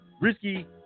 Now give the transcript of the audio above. risky